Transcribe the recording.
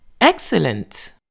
excellent